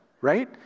right